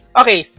okay